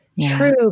True